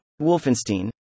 Wolfenstein